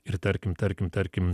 ir tarkim tarkim tarkim